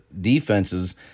defenses –